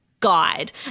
Guide